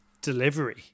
delivery